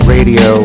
Radio